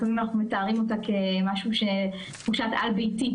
שלפעמים אנחנו מתארים אותה כתחושת "אלביתי",